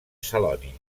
celoni